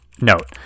Note